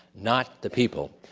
not the people,